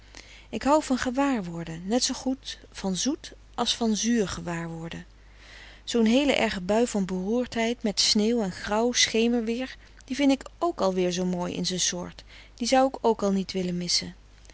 ik hou van gewaarworde net zoo goed van zoet as van zuur gewaarworde zoo'n heele erge bui van beroerdheid met sneeuw en grauw schemerweer die vin ik k al weer mooi in z'n soort die zou ik k al niet wille misse